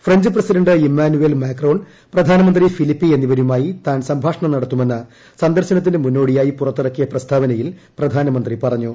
French president Emmanuel Macron പ്രധാനമന്ത്രി Philippe എന്നിവരുമായി താൻ സംഭാഷണം നടത്തുമെന്ന് സന്ദർശനത്തിനുമുന്നോടിയായി പുറത്തിറക്കിയ പ്രസ്താവനയിൽ പ്രധാനമന്ത്രി പറഞ്ഞു